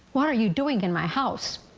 what are you doing in my house?